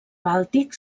bàltic